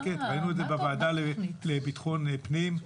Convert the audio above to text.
ראינו את זה בוועדה לביטחון הפנים.